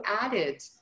added